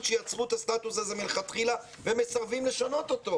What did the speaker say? שיצרו את הסטטוס הזה מלכתחילה ומסרבים לשנות אותו.